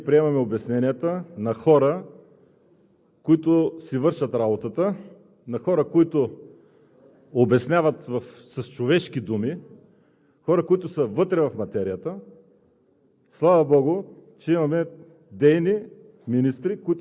и с благодарност ние приемаме обясненията на хора, които си вършат работата, на хора, които обясняват с човешки думи, хора, които са вътре в материята.